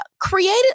created